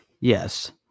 Yes